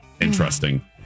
interesting